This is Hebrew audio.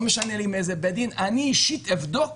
לא משנה לי מאיזה בית דין, ואני אישית אבדוק